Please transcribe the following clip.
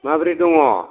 माब्रै दङ